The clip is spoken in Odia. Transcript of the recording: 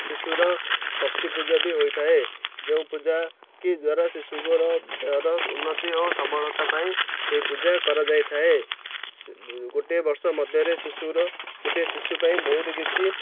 ଶିଶୁର ଷଷ୍ଠୀ ପୂଜା ବି ହୋଇଥାଏ ଯେଉଁ ପୂଜା କି ଦ୍ଵାରା ଶିଶୁଙ୍କର ଦେହର ଉନ୍ନତି ଓ ସବଳତା ପାଇଁ ସେହି ପୂଜା କରାଯାଇଥାଏ ଗୋଟିଏ ବର୍ଷ ମଧ୍ୟରେ ଶିଶୁର ଗୋଟିଏ ଶିଶୁ ପାଇଁ ବହୁତ କିଛି